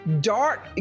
dark